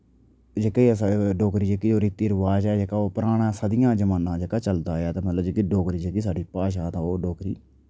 जेह्की अस डोगरी जेह्की ओह् रीती रिवाज ऐ जेह्का ओह् पराना सदियां जमाना जेह्का चलदा आया ते ऐ ते मतलव जेह्की डोगरी जेह्की साढ़ी भाशा ते ओह् डोगरी